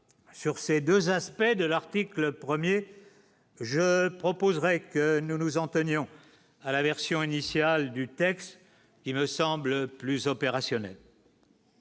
sur ces 2 aspects de l'article 1er je proposerai que nous nous en tenions à la version initiale du texte, il me semblent plus opérationnels,